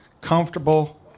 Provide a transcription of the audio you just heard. comfortable